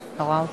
לא רואה אותו,